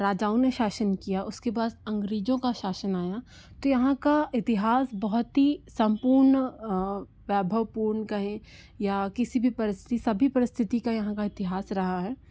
और राजाओं ने शासन किया उसके बास अंग्रेज़ों का शासन आया तो यहाँ का इतिहास बहुत ही सम्पूर्ण वैभवपूर्ण कहें या किसी भी परिसतिथि सभी परिस्थिति का यहाँ का इतिहास रहा है